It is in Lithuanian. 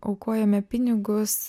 aukojame pinigus